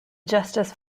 justice